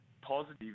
positive